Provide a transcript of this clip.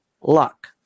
luck